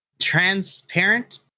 transparent